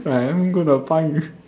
where I am going to find you